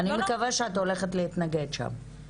אני מקווה שאת הולכת להתנגד שם,